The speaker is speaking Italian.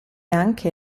anche